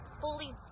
fully